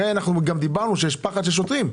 אנחנו גם אמרנו שיש פחד של השוטרים.